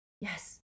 Yes